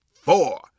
four